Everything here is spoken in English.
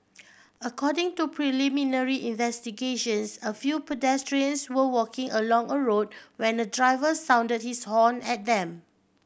according to preliminary investigations a few pedestrians were walking along a road when a driver sounded his horn at them